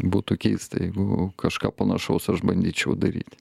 būtų keista jeigu kažką panašaus aš bandyčiau daryti